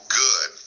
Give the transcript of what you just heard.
good